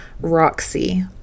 Roxy